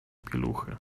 pieluchy